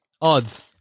Odds